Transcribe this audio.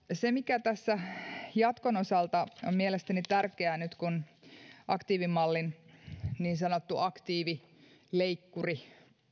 se mikä tässä jatkon osalta on mielestäni tärkeää nyt kun aktiivimallin niin sanottu aktiivileikkuri